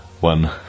one